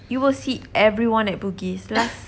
you will see everyone at bugis last